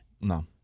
No